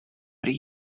pri